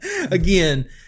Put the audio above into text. Again